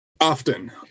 Often